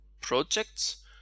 projects